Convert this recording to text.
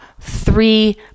three